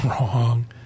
Wrong